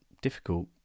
difficult